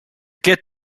get